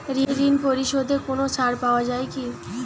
ঋণ পরিশধে কোনো ছাড় পাওয়া যায় কি?